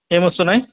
ఏమొస్తున్నాయి